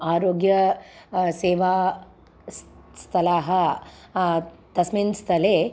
आरोग्य सेवा स् स्थलानि तस्मिन् स्थले